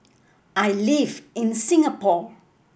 I live in Singapore